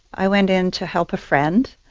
i went in to help a friend.